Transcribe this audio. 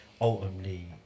ultimately